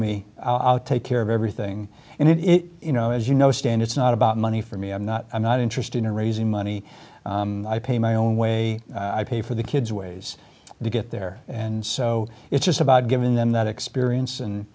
me i'll take care of everything and it you know as you know stan it's not about money for me i'm not i'm not interested in raising money i pay my own way i pay for the kid's ways to get there and so it's just about giving them that experience